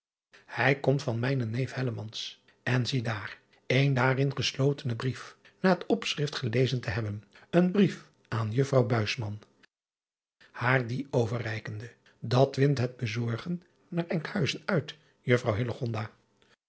ij komt van mijnen neef en ziedaar een daarin geslotenen brief na het opschrift gelezen te hebben een brief aan uffrouw haar dien overreikende at wint het bezorgen naar nkhuizen uit uffrouw